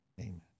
amen